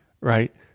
right